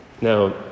Now